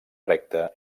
recta